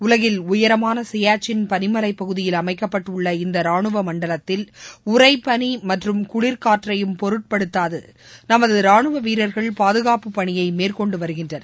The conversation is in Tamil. உலகில் உயரமான சியாச்சின் பனிமலைப்பகுதியில் அமைக்கப்பட்டுள்ள இந்த ராணுவ மண்டலத்தில் உறைபனி மற்றும் குளிர் காற்றையும் பொருட்படுத்தாது நமது ராணுவ வீரர்கள் பாதுகாப்பு பணியை மேற்கொண்டு வருகின்றனர்